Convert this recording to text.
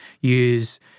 use